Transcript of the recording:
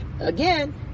again